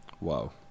wow